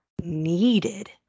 needed